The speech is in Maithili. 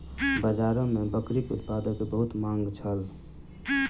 बाजार में बकरीक उत्पाद के बहुत मांग छल